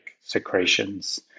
secretions